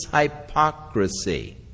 hypocrisy